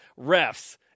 Refs